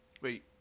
Wait